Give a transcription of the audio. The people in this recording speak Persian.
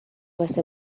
واسه